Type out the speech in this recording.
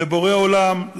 לבורא עולם,